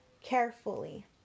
carefully